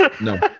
No